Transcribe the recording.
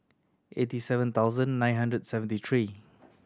eighty seven thousand nine hundred seventy three